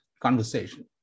conversation